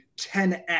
10x